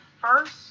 first